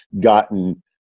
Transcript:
gotten